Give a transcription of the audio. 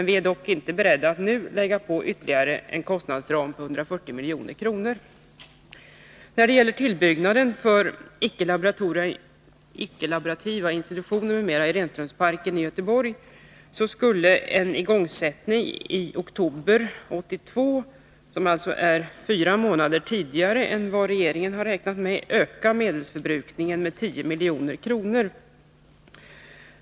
Vi är dock inte beredda att lägga på ytterligare en kostnadsram på 140 milj.kr. tidigare än vad regeringen har räknat med, skulle öka medelsförbrukningen med 10 milj.kr.